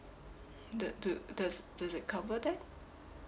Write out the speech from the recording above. the do does does it cover that